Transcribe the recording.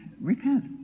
Repent